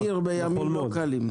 שירות אדיר בימים לא קלים.